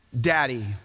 Daddy